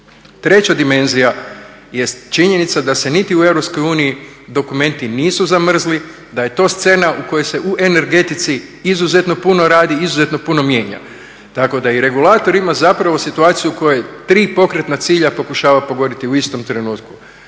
Treća dimenzija jest činjenica da se niti u EU dokumenti nisu zamrzili da je to scena u kojoj se u energetici izuzetno puno radi i izuzetno puno mijenja. Tako da i regulator ima situaciju u kojoj tri pokretna cilja pokušava pogoditi u istom trenutku,